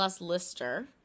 lister